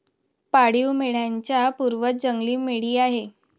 पाळीव मेंढ्यांचा पूर्वज जंगली मेंढी आहे